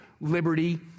liberty